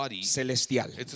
celestial